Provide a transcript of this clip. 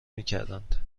میکردند